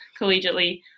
collegiately